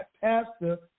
Pastor